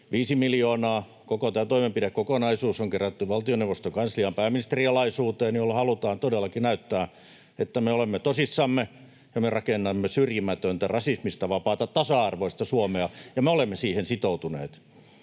viisi miljoonaa. Koko tämä toimenpidekokonaisuus on kerätty valtioneuvoston kanslian ja pääministerin alaisuuteen, millä halutaan todellakin näyttää, että me olemme tosissamme ja me rakennamme syrjimätöntä, rasismista vapaata, tasa-arvoista Suomea ja me olemme siihen sitoutuneet.